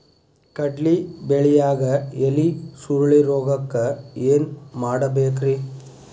ಕಡ್ಲಿ ಬೆಳಿಯಾಗ ಎಲಿ ಸುರುಳಿರೋಗಕ್ಕ ಏನ್ ಮಾಡಬೇಕ್ರಿ?